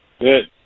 Good